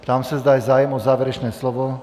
Ptám se, zda je zájem o závěrečné slovo.